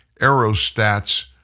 aerostats